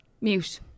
mute